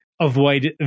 avoid